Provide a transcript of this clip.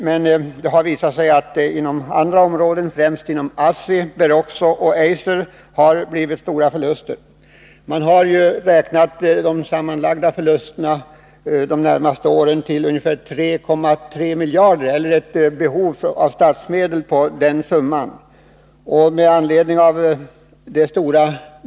Men det har visat sig att det inom andra områden, främst inom ASSI, Beroxo och Eiser, har uppkommit stora förluster. Man har beräknat att det under de närmaste åren uppstår ett behov av statsmedel på 3,3 miljarder.